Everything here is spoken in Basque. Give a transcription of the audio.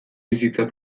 bizitza